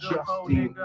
Justin